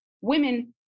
women